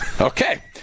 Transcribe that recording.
Okay